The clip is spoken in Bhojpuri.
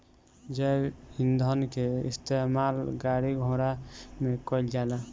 जैव ईंधन के इस्तेमाल गाड़ी घोड़ा में कईल जाला